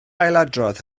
ailadrodd